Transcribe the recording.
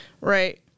Right